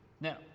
Now